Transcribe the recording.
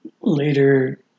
later